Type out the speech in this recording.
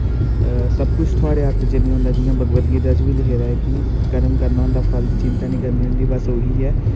सब कुछ थुआढ़े हत्थ च नी होंदा जियां भगवद्गीता च बी लिखे दा ऐ कि कम्म करना होंदा फल दी चिंता नी करनी होंदी बस ओही गल्ल ऐ